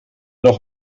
doch